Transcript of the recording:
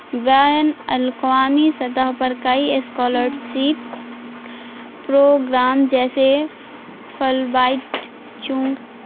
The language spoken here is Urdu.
بین الاقوامی سطح پر کئی اسکالرسیپ پروگرام جیسے فلبائٹ چونک